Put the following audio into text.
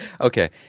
Okay